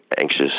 anxious